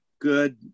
good